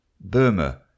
Burma